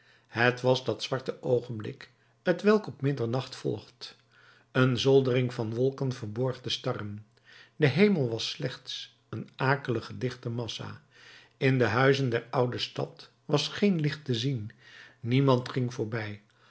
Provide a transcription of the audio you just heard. het was dat zwarte oogenblik t welk op middernacht volgt een zoldering van wolken verborg de starren de hemel was slechts een akelige dichte massa in de huizen der oude stad was geen licht te zien niemand ging voorbij